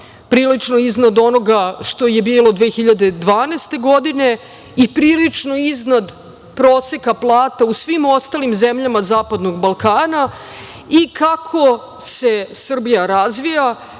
prilično iznad onoga što je bilo 2012. godine i prilično iznad proseka plata u svim ostalim zemljama zapadnog Balkana. Kako se Srbija razvija,